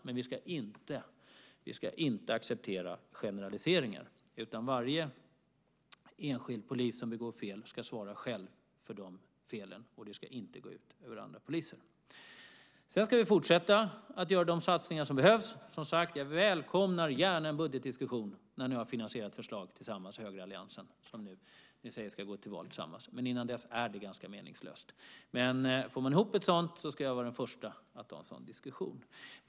Men vi ska inte acceptera generaliseringar, utan varje enskild polis som begår fel ska själv svara för felen och det ska inte gå ut över andra poliser. Sedan ska vi fortsätta att göra de satsningar som behövs. Jag välkomnar, som sagt, gärna en budgetdiskussion när ni i högeralliansen tillsammans har ett finansierat förslag - ni säger att ni ska gå till val tillsammans. Innan dess är det ganska meningslöst. Men får ni ihop ett förslag ska jag vara den förste att ta en sådan diskussion.